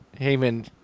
Heyman